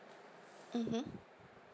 (uh huh)